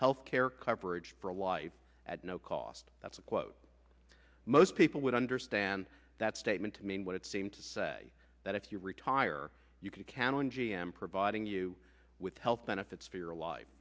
health care coverage for life at no cost that's a quote most people would understand that statement to mean what it seemed to say that if you retire you can count on g m providing you with health benefits for your life